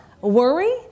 worry